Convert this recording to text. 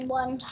one